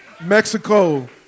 Mexico